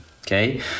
okay